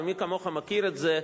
ומי כמוך מכיר את זה,